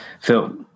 Phil